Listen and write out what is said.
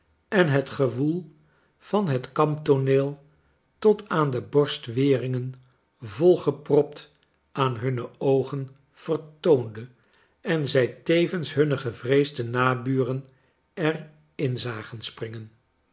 en het gewoel van het kamptooneel tot aan de borstweringen volgepropt aan hunne oogen vertoonde en zij tevens hunne gevreesde naburen er in zagen springen